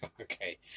Okay